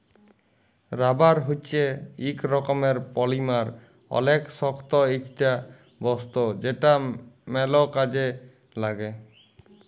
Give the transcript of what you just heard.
rubber হচ্যে ইক রকমের পলিমার অলেক শক্ত ইকটা বস্তু যেটা ম্যাল কাজে লাগ্যে